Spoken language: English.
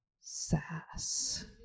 Sass